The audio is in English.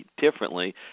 differently